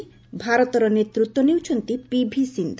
ଭାରତ ନେତୃତ୍ୱ ନେଉଛନ୍ତି ପିଭି ସିନ୍ଧ